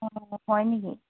অঁ হয় নেকি